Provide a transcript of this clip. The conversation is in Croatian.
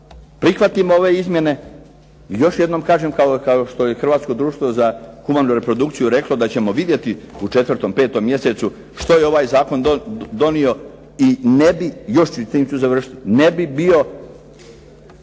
prihvatimo ove izmjene, i još jednom kažem kao što je hrvatsko društvo za humanu reprodukciju reklo da ćemo vidjeti u 4., 5. mjesecu što je ovaj zakon donio i ne bi, još ću i tim ću završiti, ne bi bio